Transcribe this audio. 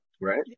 Right